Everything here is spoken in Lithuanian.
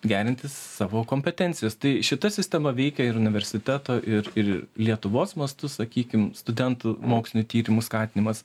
gerinti savo kompetencijas tai šita sistema veikia ir universiteto ir ir lietuvos mastu sakykim studentų mokslinių tyrimų skatinimas